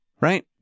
Right